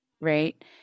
Right